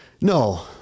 no